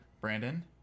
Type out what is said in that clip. Brandon